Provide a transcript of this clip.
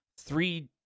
three